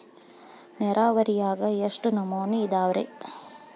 ನೇರಾವರಿಯಾಗ ಎಷ್ಟ ನಮೂನಿ ಅದಾವ್ರೇ?